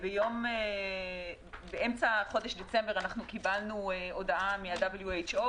באמצע חודש דצמבר קיבלנו הודעה מה-WHO,